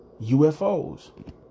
UFOs